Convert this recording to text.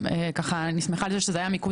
ואני יכולה רק להוסיף מהזווית שלנו,